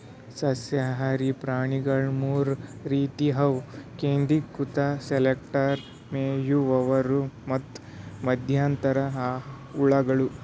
ಸಸ್ಯಹಾರಿ ಪ್ರಾಣಿಗೊಳ್ ಮೂರ್ ರೀತಿವು ಅವು ಕೇಂದ್ರೀಕೃತ ಸೆಲೆಕ್ಟರ್, ಮೇಯುವವರು ಮತ್ತ್ ಮಧ್ಯಂತರ ಹುಳಗಳು